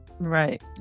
Right